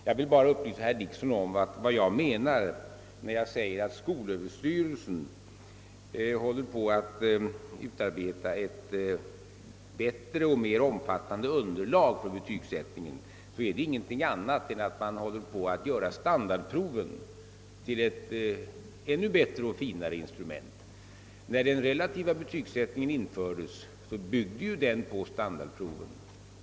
Jag vill bara upplysa herr Dickson om att vad jag menar när jag säger att skolöverstyrelsen håller på att utarbeta ett bättre och mer omfattande underlag för betygsättningen inte är någonting annat än att man håller på att göra standardproven till ett ännu bättre och mer exakt instrument. När den relativa betygsättningen infördes, byggde den på dessa standardprov.